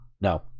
no